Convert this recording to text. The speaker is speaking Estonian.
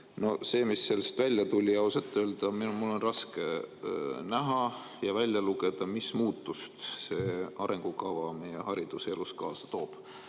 See, mis sellest välja tuli – ausalt öelda, mul on raske siit näha ja välja lugeda, mis muutuse see arengukava meie hariduselus kaasa toob.